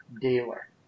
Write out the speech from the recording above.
dealer